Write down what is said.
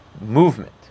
movement